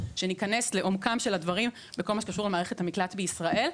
שניכנס לעומקם של הדברים בכל מה שקשור למערכת המקלט בישראל,